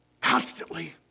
Constantly